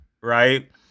Right